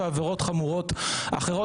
ועבירות חמורות אחרות,